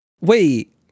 Wait